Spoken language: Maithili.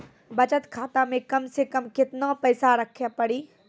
बचत खाता मे कम से कम केतना पैसा रखे पड़ी?